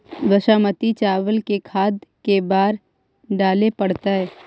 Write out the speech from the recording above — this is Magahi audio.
बासमती चावल में खाद के बार डाले पड़तै?